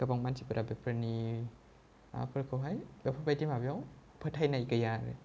गोबां मानसिफोरा बेफोरनि माबाफोरखौहाय बेफोरबादि माबायाव फोथायनाय गैया आरो